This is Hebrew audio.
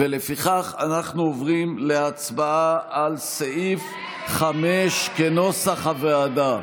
ולפיכך אנחנו עוברים להצבעה על סעיף 5 כנוסח הוועדה.